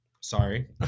sorry